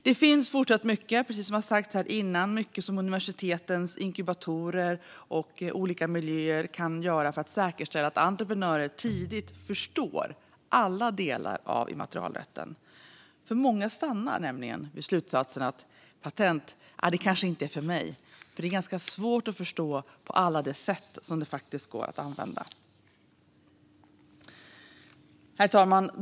Det finns fortsatt mycket som universitetens inkubatorer och olika miljöer kan göra för att säkerställa att entreprenörer tidigt förstår alla delar av immaterialrätten, för många stannar vid slutsatsen att patent kanske inte är något för dem. Det är nämligen ganska svårt att förstå alla sätt det kan användas på. Herr talman!